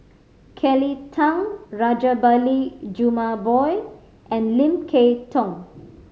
Kelly Tang Rajabali Jumabhoy and Lim Kay Tong